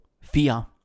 fear